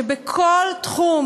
שבכל תחום,